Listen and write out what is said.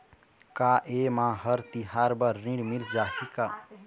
का ये मा हर तिहार बर ऋण मिल जाही का?